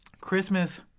Christmas